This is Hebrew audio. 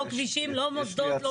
לא כבישים, לא מוסדות.